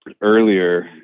earlier